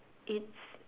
it's